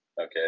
okay